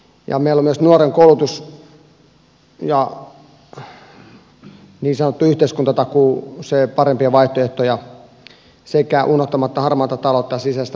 meillä on myös nuorten koulutus ja niin sanottuun yhteiskuntatakuuseen parempia vaihtoehtoja unohtamatta harmaata taloutta ja sisäistä turvallisuutta